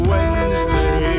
Wednesday